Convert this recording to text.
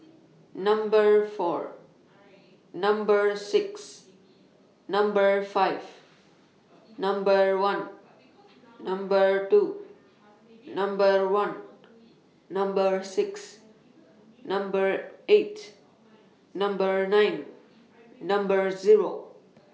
Number four Number six Number five Number one Number two Number one Number six Number eight Number nine Number Zero